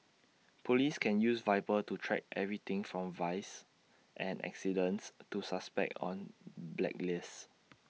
Police can use Viper to track everything from vice and accidents to suspects on blacklists